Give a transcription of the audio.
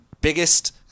biggest